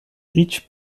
each